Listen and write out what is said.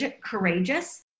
courageous